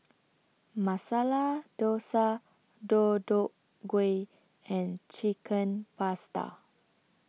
Masala Dosa Deodeok Gui and Chicken Pasta